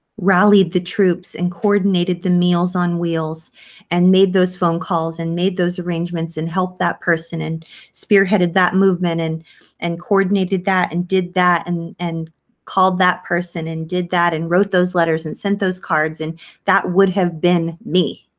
rallied the troops and coordinated the meals on wheels and made those phone calls and made those arrangements and helped that person and spearheaded that movement and and coordinated that and did that and and called that person and did that and wrote those letters and sent those cards and that would have been me